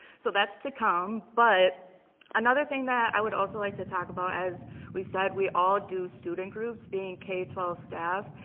so that's to come but another thing that i would also like to talk about, as we said, we all do student groups. being k twelve staff,